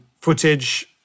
footage